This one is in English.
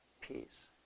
peace